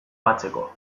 batzeko